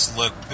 look